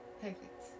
Perfect